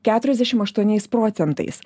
keturiasdešimt aštuoniais procentais